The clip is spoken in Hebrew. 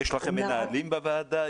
יש לכם מנהלים בוועדה?